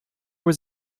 was